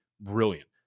brilliant